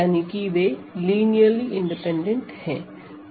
यानी कि वे लिनियरली इंडिपैंडेंट हैं